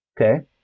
Okay